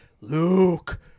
Luke